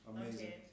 Amazing